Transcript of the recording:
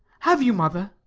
have you, mother?